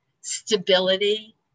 stability